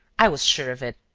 i was sure of it.